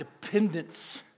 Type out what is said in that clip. dependence